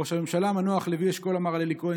ראש הממשלה המנוח לוי אשכול אמר על אלי כהן